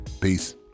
Peace